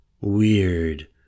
Weird